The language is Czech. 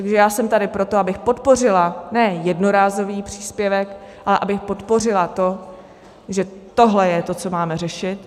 Takže já jsem tady proto, abych podpořila ne jednorázový příspěvek, ale abych podpořila to, že tohle je to, co máme řešit.